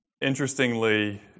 Interestingly